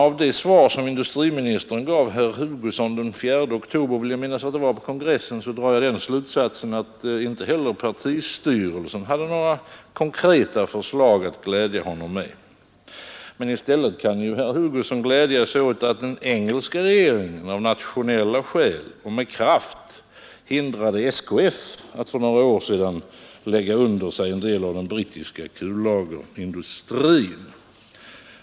Av det svar som industriministern gav herr Hugosson den 4 oktober, vill jag minnas att det var, på kongressen drar jag den slutsatsen att inte heller partistyrelsen hade några konkreta förslag att glädja herr Hugosson med. I stället kan ju herr Hugosson glädja sig åt att den engelska regeringen av nationella skäl och med kraft hindrade SKF: att för några år sedan lägga under sig en del av den brittiska kullagerindustrin.